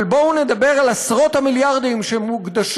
אבל בואו נדבר על עשרות המיליארדים שמוקדשים